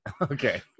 Okay